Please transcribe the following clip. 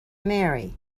marry